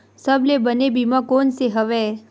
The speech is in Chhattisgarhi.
सबले बने बीमा कोन से हवय?